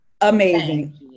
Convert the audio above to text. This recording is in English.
amazing